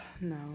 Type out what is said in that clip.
No